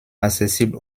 accessible